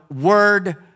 word